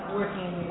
working